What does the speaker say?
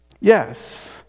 Yes